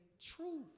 truth